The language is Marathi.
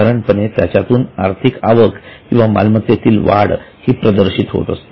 साधारणपणे याच्यातून आर्थिक आवक किंवा मालमत्तेतील वाढ ही प्रदर्शित होते